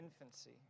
infancy